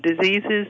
diseases